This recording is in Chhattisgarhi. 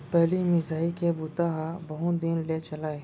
पहिली मिसाई के बूता ह बहुत दिन ले चलय